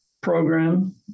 program